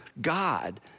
God